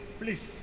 Please